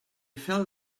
felt